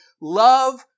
Love